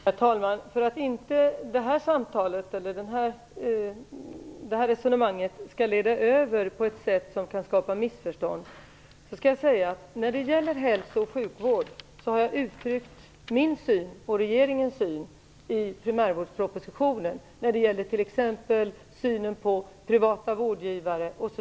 Herr talman! För att det här resonemanget inte på något sätt skall skapa missförstånd vill jag säga att jag när det gäller hälso och sjukvård har uttryckt min syn på regeringens syn i primärvårdspropositionen, t.ex. när det gäller synen på privata vårdgivare.